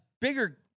bigger